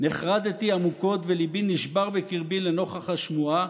נחרדתי עמוקות וליבי נשבר בקרבי לנוכח השמועה